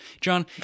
John